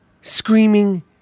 screaming